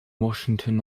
washington